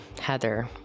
Heather